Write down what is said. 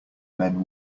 men